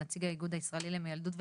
נציג האיגוד הישראלי למיילדות וגניקולוגיה,